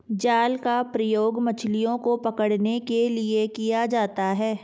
जाल का प्रयोग मछलियो को पकड़ने के लिये किया जाता है